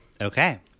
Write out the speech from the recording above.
Okay